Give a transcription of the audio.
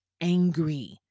Angry